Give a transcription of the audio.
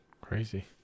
Crazy